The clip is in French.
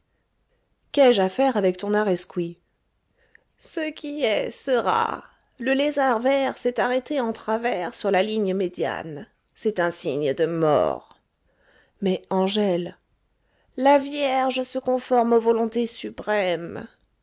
à faire avec ton areskoui ce qui est sera le lézard vert s'est arrêté en travers sur la ligne médiane c'est un signe de mort mais angèle la vierge se conforme aux volontés suprêmes